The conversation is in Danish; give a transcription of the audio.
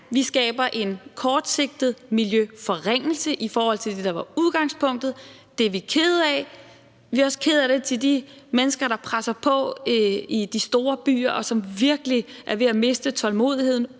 vi skaber en kortsigtet miljøforringelse i forhold til det, der var udgangspunktet. Og det er vi kede af. Vi er også kede af det i forhold til de mennesker, der presser på i de store byer, og som virkelig er ved at miste tålmodigheden: